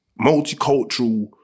multicultural